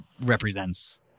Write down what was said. represents